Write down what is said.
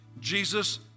Jesus